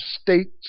states